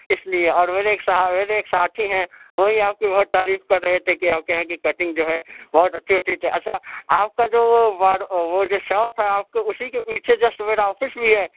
اس لیے اور میرے ایک میرے ایک ساتھی ہیں وہ بھی آپ کی بہت تعریف کر رہے تھے کہ آپ کے یہاں کی کٹنگ جو ہے بہت اچھی ہوتی ہے اچھا آپ کا جو وہ بار وہ جو شاپ ہے آپ کا اسی کے پیچھے جسٹ میرا آفیس بھی ہے